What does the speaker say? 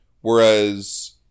Whereas